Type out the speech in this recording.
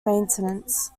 maintenance